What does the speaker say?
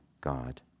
God